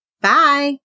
Bye